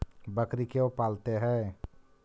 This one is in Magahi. बकरी क्यों पालते है?